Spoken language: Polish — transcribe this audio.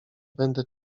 będę